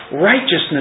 Righteousness